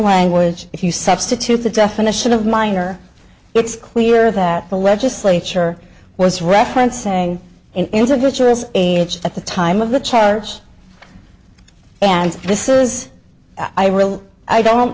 language if you substitute the definition of minor it's clear that the legislature was referencing into which was age at the time of the charge and this is i will i don't